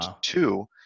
two